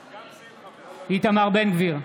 בעד איתמר בן גביר,